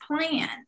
plan